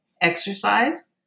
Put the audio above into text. exercise